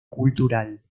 cultural